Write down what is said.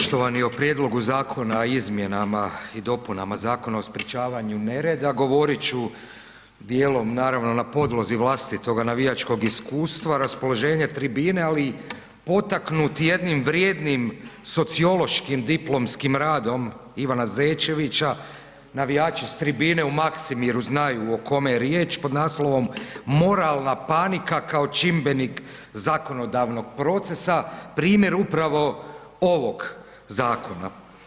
Poštovani o Prijedlogu Zakona o izmjenama i dopunama Zakona o sprječavanju nereda govorit ću dijelom naravno na podlozi vlastitoga navijačkoga iskustva, raspoloženje tribine, ali i potaknut jednim vrijednim sociološkim diplomskim radom Ivana Zečevića, navijači s tribine u Maksimiru znaju o kome je riječ, pod naslovom „Moralna panika kao čimbenik zakonodavnog procesa“ primjer upravo ovog zakona.